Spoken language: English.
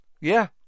Yeah